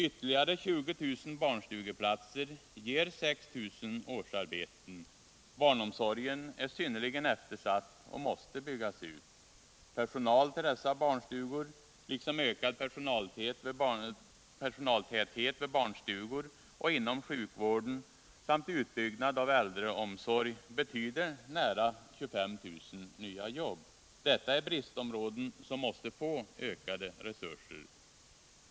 Ytterligare 20 000 barnstugeplatser ger 6 000 årsarbeten. Barnomsorgen är synnerligen eftersatt och måste byggas ut. Personal till dessa barnstugor liksom en ökning av personaltätheten vid barnstugor och inom sjukvården samt en utbyggnad av äldreomsorgen betyder närmare 25 000 nya jobb. Detta är bristområden som måste få ökade resurser.